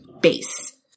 base